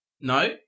No